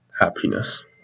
happiness